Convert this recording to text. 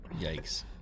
Yikes